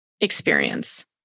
experience